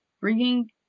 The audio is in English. bringing